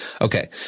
Okay